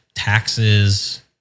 taxes